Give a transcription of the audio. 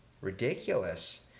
ridiculous